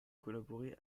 collaboré